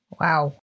Wow